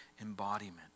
embodiment